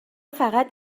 فقط